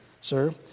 sir